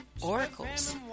Oracles